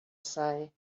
say